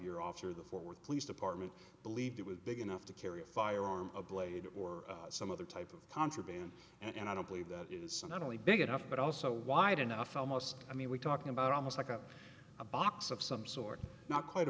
year officer of the fort worth police department believed it was big enough to carry a firearm a blade or some other type of contraband and i don't believe that is so not only big enough but also wide enough almost i mean we're talking about almost like up a box of some sort not quite a